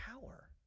power